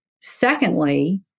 Secondly